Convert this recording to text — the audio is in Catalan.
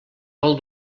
vol